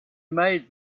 made